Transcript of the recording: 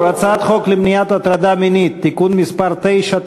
הצעת חוק למניעת הטרדה מינית (תיקון מס' 9),